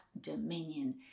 dominion